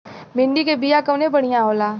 भिंडी के बिया कवन बढ़ियां होला?